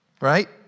Right